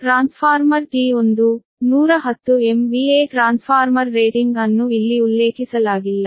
transformer T1 110 MVA transformer rating ಅನ್ನು ಇಲ್ಲಿ ಉಲ್ಲೇಖಿಸಲಾಗಿಲ್ಲ